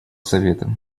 совета